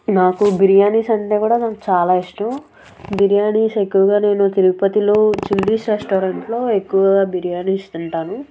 నాకు బిర్యానీస్ అంటే కూడా నాకు చాలా ఇష్టం బిర్యానీస్ ఎక్కువగా నేను తిరుపతిలో చిల్లీస్ రెస్టారెంట్లో ఎక్కువగా బిర్యానీస్ తింటాను